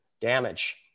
damage